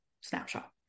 snapshot